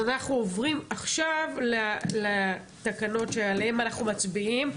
אנחנו עוברים לתקנות שעליהן אנחנו מצביעים.